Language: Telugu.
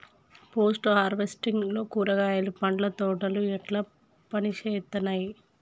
పోస్ట్ హార్వెస్టింగ్ లో కూరగాయలు పండ్ల తోటలు ఎట్లా పనిచేత్తనయ్?